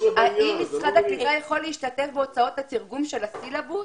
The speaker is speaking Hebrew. האם משרד הקליטה יכול להשתתף בהוצאות התרגום של הסילבוס?